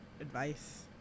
advice